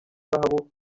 zahabu